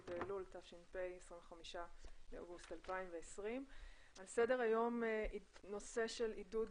ה' באלול תש"ף 25 לאוגוסט 2020. על סדר היום נושא של עידוד